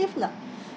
lah